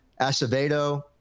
Acevedo